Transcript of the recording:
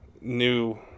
new